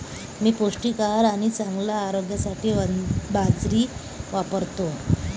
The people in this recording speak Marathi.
मी पौष्टिक आहार आणि चांगल्या आरोग्यासाठी बाजरी वापरतो